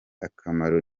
akamaro